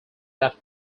that